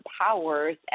powers